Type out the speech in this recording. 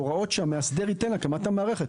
הוראות שהמאסדר ייתן להקמת המערכת.